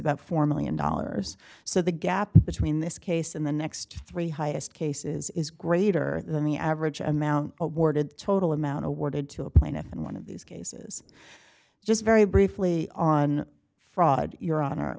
about four million dollars so the gap between this case and the next three highest cases is greater than the average amount awarded the total amount awarded to a plaintiff in one of these cases just very briefly on fraud